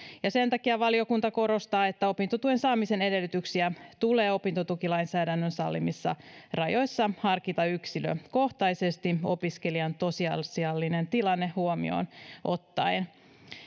ja sen takia valiokunta korostaa että opintotuen saamisen edellytyksiä tulee opintotukilainsäädännön sallimissa rajoissa harkita yksilökohtaisesti opiskelijan tosiasiallinen tilanne huomioon ottaen